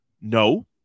No